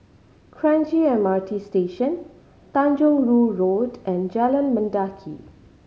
Kranji M R T Station Tanjong Rhu Road and Jalan Mendaki